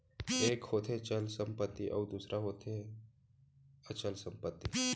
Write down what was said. एक होथे चल संपत्ति अउ दूसर होथे अचल संपत्ति